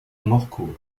morcourt